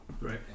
Right